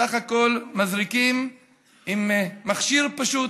בסך הכול מזריקים עם מכשיר פשוט,